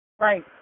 Right